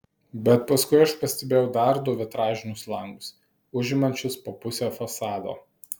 bet paskui aš pastebėjau dar du vitražinius langus užimančius po pusę fasado